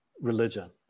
religion